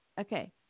Okay